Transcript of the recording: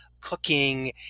cooking